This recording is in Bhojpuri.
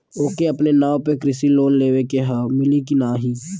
ओके अपने नाव पे कृषि लोन लेवे के हव मिली की ना ही?